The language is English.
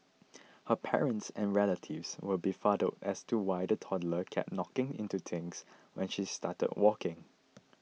her parents and relatives were befuddled as to why the toddler kept knocking into things when she started walking